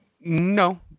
no